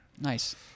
Nice